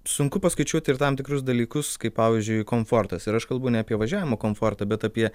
sunku paskaičiuoti ir tam tikrus dalykus kaip pavyzdžiui komfortas ir aš kalbu ne apie važiavimo komfortą bet apie